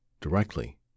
directly